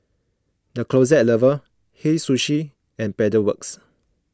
the Closet Lover Hei Sushi and Pedal Works